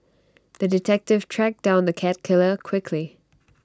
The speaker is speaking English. the detective tracked down the cat killer quickly